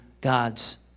God's